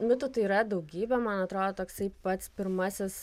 mitų tai yra daugybė man atrodo toksai pats pirmasis